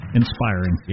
inspiring